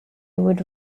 would